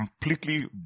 completely